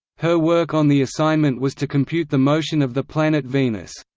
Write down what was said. her work on the assignment was to compute the motion of the planet venus.